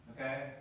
Okay